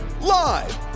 Live